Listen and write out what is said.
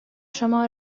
شما